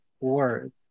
word